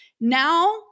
Now